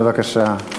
בבקשה.